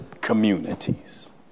communities